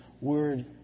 Word